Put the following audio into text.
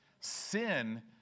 Sin